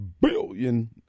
billion